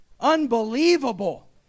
unbelievable